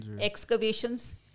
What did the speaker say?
Excavations